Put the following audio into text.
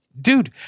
dude